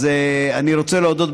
אני רוצה להודות,